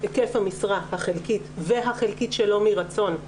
היקף המשרה החלקית והחלקית שלא מרצון,